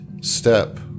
step